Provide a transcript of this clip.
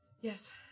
Yes